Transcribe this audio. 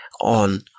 on